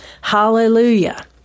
hallelujah